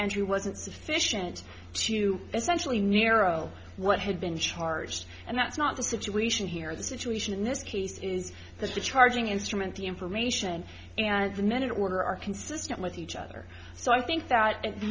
entry wasn't sufficient to essentially narrow what had been charged and that's not the situation here the situation in this case is that the charging instrument the information and the minute order are consistent with each other so i think that